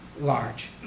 large